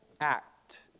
act